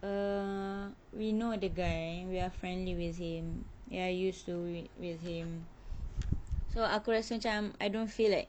err we know the guy we are friendly with him ya I used to do it with him so aku rasa macam I don't feel like